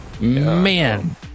Man